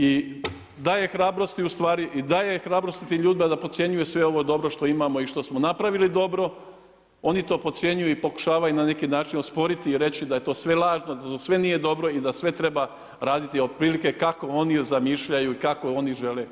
I daje hrabrosti ustvari i daje hrabrosti tim ljudima da podcjenjuju sve ovo dobro što imamo i što smo napravili dobro, oni to podcjenjuju i pokušavaju na neki način osporiti i reći da je to sve lažno, da to sve nije dobro i da sve treba raditi otprilike kako oni zamišljaju i kako oni žele da bude Hrvatska